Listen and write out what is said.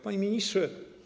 Panie Ministrze!